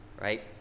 right